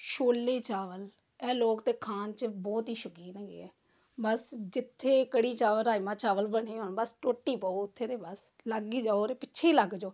ਛੋਲੇ ਚਾਵਲ ਇਹ ਲੋਕ ਤਾਂ ਖਾਣ 'ਚ ਬਹੁਤ ਹੀ ਸ਼ੌਕੀਨ ਹੈਗੇ ਆ ਬਸ ਜਿੱਥੇ ਕੜੀ ਚਾਵਲ ਰਾਜਮਾਂਹ ਚਾਵਲ ਬਣੇ ਹੋਣ ਬਸ ਟੁੱਟ ਹੀ ਪਓ ਉੱਥੇ ਤਾਂ ਬਸ ਲੱਗ ਹੀ ਜਾਓ ਔਰ ਪਿੱਛੇ ਹੀ ਲੱਗ ਜਾਓ